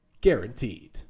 Guaranteed